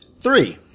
Three